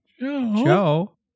Joe